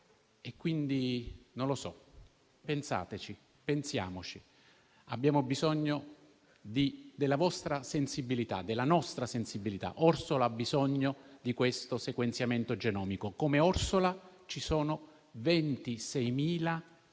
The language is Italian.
non la può fare. Pensateci, pensiamoci. Abbiamo bisogno della vostra sensibilità, della nostra sensibilità. Orsola ha bisogno del sequenziamento genomico. Come Orsola, ci sono 26.000